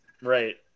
Right